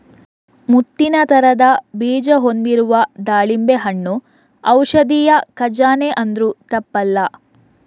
ಮುತ್ತಿನ ತರದ ಬೀಜ ಹೊಂದಿರುವ ದಾಳಿಂಬೆ ಹಣ್ಣು ಔಷಧಿಯ ಖಜಾನೆ ಅಂದ್ರೂ ತಪ್ಪಲ್ಲ